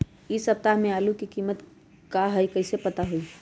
इ सप्ताह में आलू के कीमत का है कईसे पता होई?